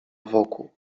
wokół